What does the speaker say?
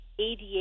ADA